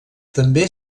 també